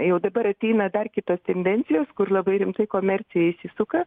jau dabar ateina dar kitos tendencijos kur labai rimtai komercija įsisuka